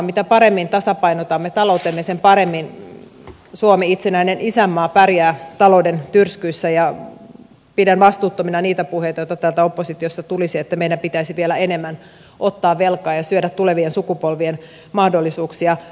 mitä paremmin tasapainotamme taloutemme sen paremmin suomi itsenäinen isänmaa pärjää talouden tyrskyissä ja pidän vastuuttomina niitä puheita joita täältä oppositiosta tuli että meidän pitäisi vielä enemmän ottaa velkaa ja syödä tulevien sukupolvien mahdollisuuksia